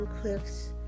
cliffs